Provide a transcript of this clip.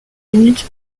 minutes